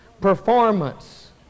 performance